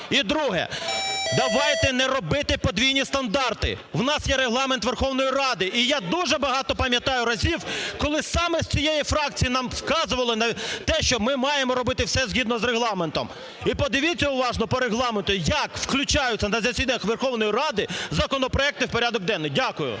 І друге. Давайте не робити подвійні стандарти, у нас є Регламент Верховної Ради, і я дуже багато разів пам'ятаю, коли саме з цієї фракції нам вказували на те, що ми маємо робити все згідно з Регламентом. І подивіться уважно по Регламенту, як включаються на засіданнях Верховної Ради законопроекти в порядок денний. Дякую.